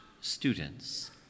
students